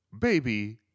Baby